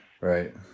Right